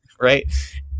right